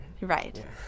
Right